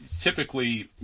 typically